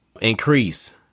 increase